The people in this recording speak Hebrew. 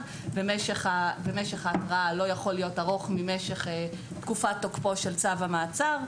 ומשך ההתראה לא יכול להיות ארוך ממשך תקופת תוקפו של צו המעצר.